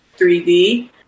3D